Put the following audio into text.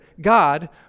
God